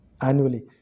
annually